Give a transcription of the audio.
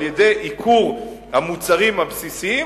על-ידי ייקור המוצרים הבסיסיים,